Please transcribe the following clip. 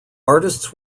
artists